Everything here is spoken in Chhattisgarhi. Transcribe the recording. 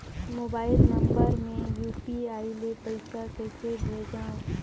मोबाइल नम्बर मे यू.पी.आई ले पइसा कइसे भेजवं?